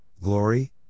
Glory